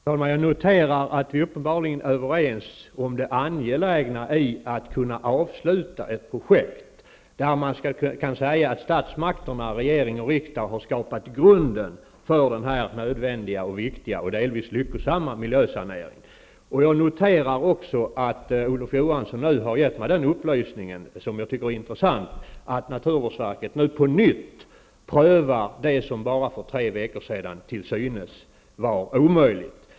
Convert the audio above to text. Fru talman! Jag noterar att vi uppenbarligen är överens om det angelägna i att kunna avsluta ett projekt, där man kan säga att statsmakterna, regering och riksdag, har skapat grunden för denna nödvändiga, viktiga och delvis lyckosamma miljösanering. Jag noterar också att Olof Johansson har gett den intressanta upplysningen att naturvårdsverket nu på nytt prövar det som för bara tre veckor sedan till synes var omöjligt.